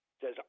says